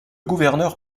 gouverneur